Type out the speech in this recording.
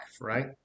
right